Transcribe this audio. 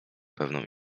pewną